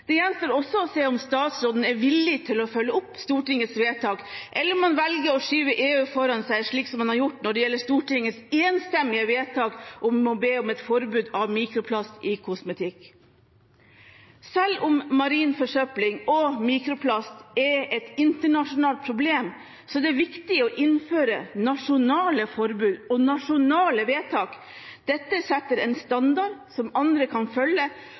Det gjenstår også å se om statsråden er villig til å følge opp Stortingets vedtak, eller om han velger å skyve EU foran seg, slik han har gjort når det gjelder Stortingets enstemmige vedtak om å be om et forbud mot mikroplast i kosmetikk. Selv om marin forsøpling og mikroplast er et internasjonalt problem, er det viktig å innføre nasjonale forbud og nasjonale vedtak. Dette setter en standard som andre kan følge.